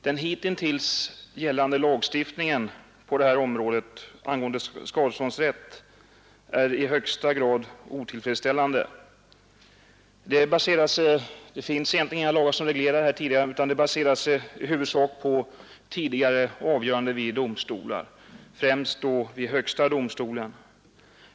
Den hitintills gällande lagstiftningen på skadeståndsrättens område är i högsta grand otillfredsställande. Det finns egentligen inga lagar som reglerar detta område, utan behandlingen baserar sig i huvudsak på tidigare avgöranden vid domstol, främst då vid högsta domstolen.